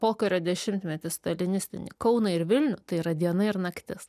pokario dešimtmetį stalinistinį kauną ir vilnių tai yra diena ir naktis